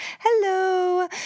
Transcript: Hello